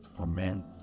Amen